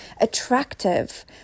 attractive